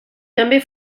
també